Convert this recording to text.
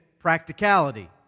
Practicality